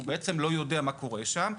הוא לא יודע מה קורה שם.